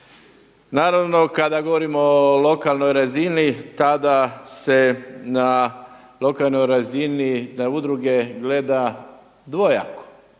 Naravno, kada govorimo o lokalnoj razini, tada se na lokalnoj razini da udruge gleda dvojako.